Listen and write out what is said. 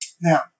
Now